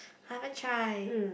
I haven't try